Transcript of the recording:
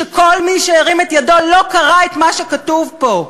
שכל מי שהרים את ידו לא קרא את מה שכתוב פה.